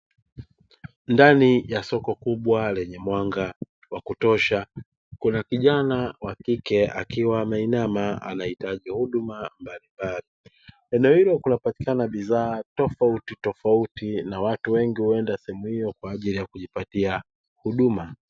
Ndani ya soko kubwa lenye mwanga wa kutosha kuna kijana wa kike akiwa ameinama anahitaji huduma mbalimbali, eneo hilo kunapatikana bidhaa tofautitofauti na watu wengi huenda sehemu hiyo kwa ajili ya kujipatia huduma.